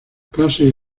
casey